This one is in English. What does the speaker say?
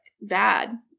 Bad